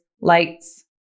lights